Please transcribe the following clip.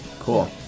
Cool